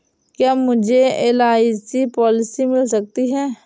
क्या मुझे LIC policy मिल सकती है?